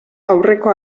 aurreko